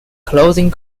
closing